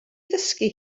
ddysgu